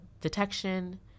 detection